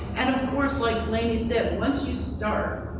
and of course, like lainey said, once you start,